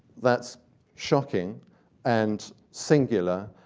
that's shocking and singular.